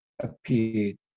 appeared